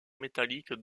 métalliques